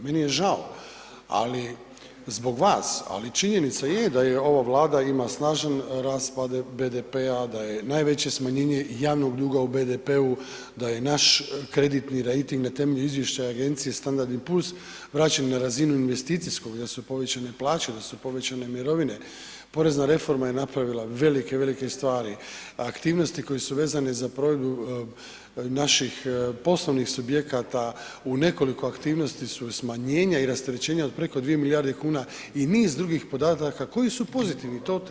Meni je žao, ali zbog vas, ali činjenica je da i ova Vlada ima snažan rast BDP-a, da je najveće smanjenje javnog duga u BDP-u, da je naš kreditni rejting na temelju izvješća agencije Standard & Poors vraćen na razinu investicijskog, da su povećane plaće, da su povećane mirovine, porezna reforma je napravila velike, velike stvari, aktivnosti koje su vezane za provedbu naših poslovnih subjekata u nekoliko aktivnosti su smanjenja i rasterećenja od preko 2 milijarde kuna i niz drugih podataka koji su pozitivni, to treba priznati.